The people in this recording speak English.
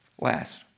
last